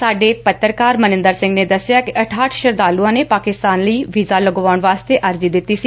ਸਾਡੇ ਪੱਤਰਕਾਰ ਮਨਿੰਦਰ ਸਿੰਘ ਨੇ ਦਸਿਆ ਕਿ ਅਠਾਹਟ ਸ਼ਰਧਾਲੂਆ ਨੇ ਪਾਕਿਸਤਾਨ ਜਾਣ ਲਈ ਵੀਜ਼ਾ ਲਗਵਾਉਣ ਵਾਸਤੇ ਅਰਜ਼ੀ ਦਿੱਤੀ ਸੀ